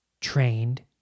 trained